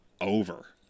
over